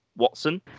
watson